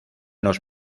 los